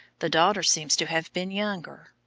the daughter seems to have been younger.